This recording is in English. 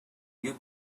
you